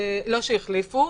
לא שהחליפו.